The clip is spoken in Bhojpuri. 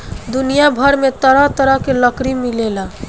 दुनिया भर में तरह तरह के लकड़ी मिलेला